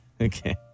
Okay